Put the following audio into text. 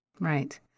Right